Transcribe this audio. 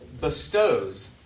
bestows